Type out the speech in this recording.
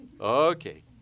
Okay